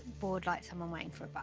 bored like someone waiting for but